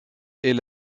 est